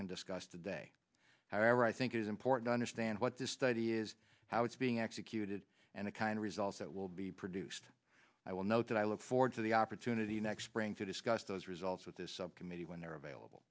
can discuss today however i think it is important understand what this study is how it's being executed and the kind results that will be produced i will note that i look forward to the opportunity next spring to discuss those results with this subcommittee when they're available